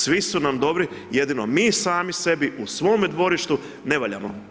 Svi su nam dobri jedino mi sami sebi u svome dvorištu ne valjamo.